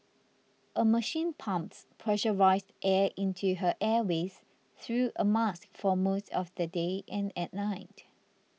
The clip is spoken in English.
a machine pumps pressurised air into her airways through a mask for most of the day and at night